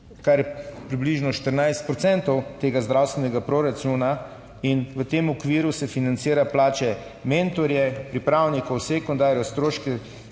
kar je približno 14 procentov tega zdravstvenega proračuna in v tem okviru se financira plače mentorjev, pripravnikov, sekundarjev, stroške